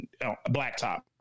blacktop